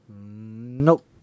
Nope